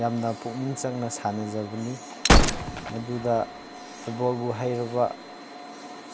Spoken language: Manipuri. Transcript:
ꯌꯥꯝꯅ ꯄꯨꯛꯅꯤꯡ ꯆꯪꯅ ꯁꯥꯟꯅꯖꯕꯅꯤ ꯃꯗꯨꯗ ꯐꯨꯠꯕꯣꯜꯕꯨ ꯍꯩꯔꯕ